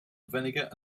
vinegar